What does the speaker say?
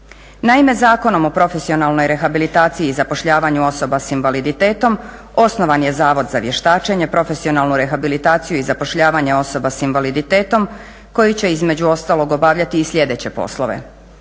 Naime, Zakonom o profesionalnoj rehabilitaciji i zapošljavanju osoba sa invaliditetom osnovan je Zavod za vještačenje, profesionalnu rehabilitaciju i zapošljavanje osoba sa invaliditetom koji će između ostalog obavljati i sljedeće poslove: